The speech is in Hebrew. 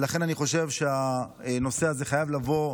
ולכן אני חושב שהנושא הזה חייב לבוא